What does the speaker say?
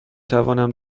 تونم